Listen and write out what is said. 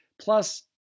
Plus